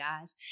guys